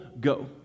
go